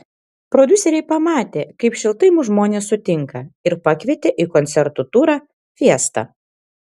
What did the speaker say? prodiuseriai pamatė kaip šiltai mus žmonės sutinka ir pakvietė į koncertų turą fiesta